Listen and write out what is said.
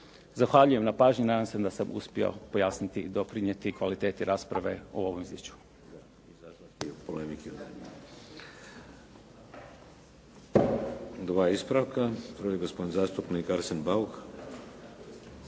Zahvaljujem na pažnji. Nadam se da sam uspio pojasniti i doprinijeti kvaliteti rasprave o ovom izvješću.